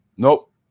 Nope